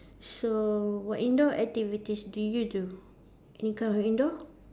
so what indoor activities do you do any kind of indoor